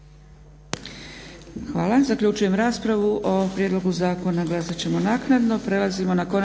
Hvala. Zaključujem raspravu. O prijedlogu zakona